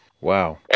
Wow